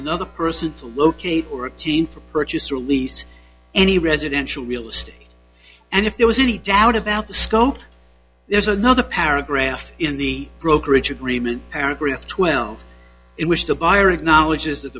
another person to locate or a teen for purchase or lease any residential real estate and if there was any doubt about the scope there's another paragraph in the brokerage agreement paragraph twelve in which the buyer of knowledge